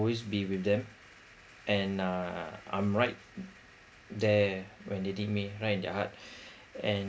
always be with them and uh I'm right there where they need me right in their heart and